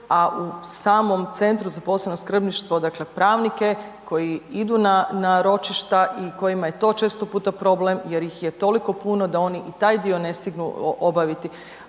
a u samom Centru za posebno skrbništvo, dakle pravnike koji idu na, na ročišta i kojima je to često puta problem jer ih je toliko puno da oni i taj dio ne stignu obaviti,